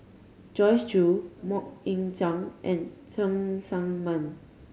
Joyce Jue Mok Ying Jang and Cheng Tsang Man